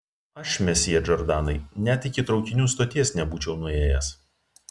aš mesjė džordanai net iki traukinių stoties nebūčiau nuėjęs